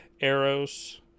arrows